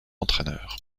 entraîneur